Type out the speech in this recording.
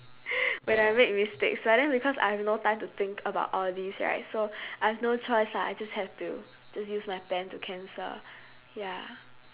when I make mistakes but then because I have no time to think about all these right so I have no choice lah I just have to just use my pen to cancel ya